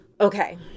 Okay